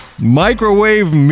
microwave